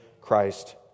Christ